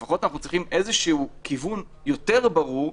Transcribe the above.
לפחות אנחנו צריכים איזשהו כיוון יותר ברור.